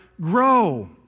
grow